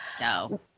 No